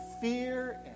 fear